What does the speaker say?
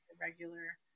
regular